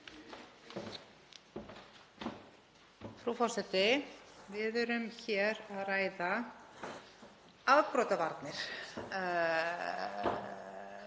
Frú forseti. Við erum hér að ræða afbrotavarnir,